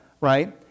right